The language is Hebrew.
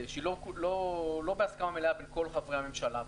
היא לא בהסכמה מלאה בין כל חברי הממשלה.